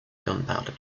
gunpowder